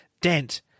Dent